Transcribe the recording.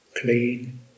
clean